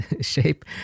shape